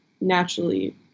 naturally